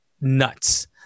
nuts